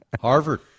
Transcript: Harvard